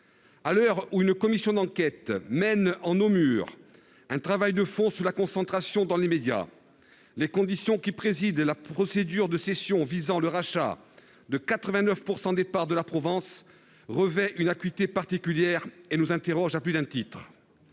à l'heure où une commission d'enquête mène en nos murs, un travail de fond sur la concentration dans l'immédiat les conditions qui préside la procédure de cession, visant le rachat de 89 % des parts de la Provence revêt une acuité particulière et nous interroge à plus d'un titre,